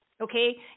Okay